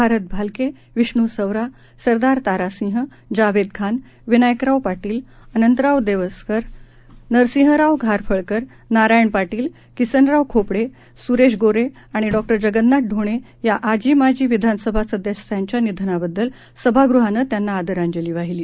भारत भालके विष्णू सवरा सरदार तारासिंह जावेद खान विनायकराव पाटील अनंतराव देवसरकर नरसिंहराव घारफळकर नारायण पाटील किसनराव खोपडे सुरेश गोरे आणि डॉ जगन्नाथ ढोणे या आजी माजी विधानसभा सदस्यांच्या निधनाबद्दल सभागृहानं त्यांना आदरांजली वाहिली